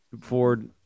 Ford